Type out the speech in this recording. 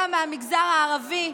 גם מהמגזר הערבי,